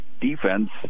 defense